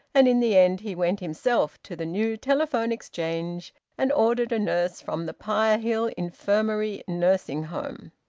and in the end he went himself to the new telephone exchange and ordered a nurse from the pirehill infirmary nursing home.